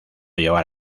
llevar